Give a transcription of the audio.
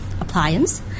appliance